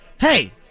Hey